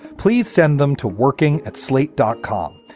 please send them to working at slate dot com.